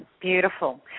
Beautiful